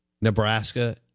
Nebraska